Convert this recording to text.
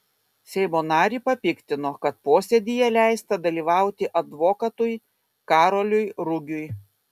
seimo narį papiktino kad posėdyje leista dalyvauti advokatui karoliui rugiui